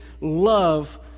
love